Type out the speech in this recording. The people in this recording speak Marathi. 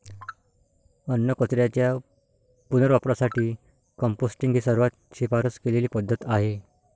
अन्नकचऱ्याच्या पुनर्वापरासाठी कंपोस्टिंग ही सर्वात शिफारस केलेली पद्धत आहे